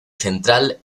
central